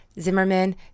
Zimmerman